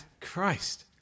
Christ